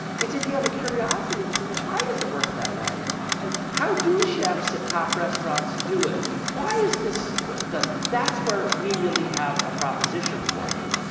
it's if you have a curiosity to say, well why does it work that way? and and how do chefs at top restaurants do it? and why is this that's where we really have a proposition for you.